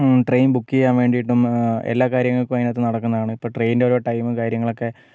train book ചെയ്യാൻ വേണ്ടിട്ടും എല്ലാ കാര്യങ്ങൾക്കും അതിനകത്തു നടക്കുന്നതാണ് ഇപ്പോൾ ട്രെയിൻറ്റെ ഓരോ ടൈമും കാര്യങ്ങളൊക്കേ